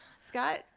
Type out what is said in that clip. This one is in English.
Scott